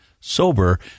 sober